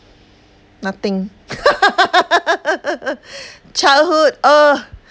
nothing childhood oh